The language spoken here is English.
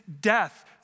death